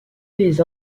les